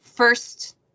first